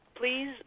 please